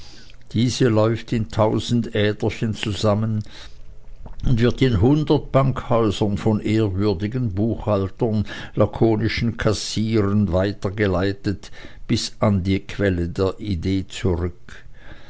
diese läuft in tausend äderchen zusammen und wird in hundert bankhäusern von ehrwürdigen buchhaltern lakonischen kassieren weitergeleitet bis an die quelle der idee zurück